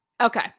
Okay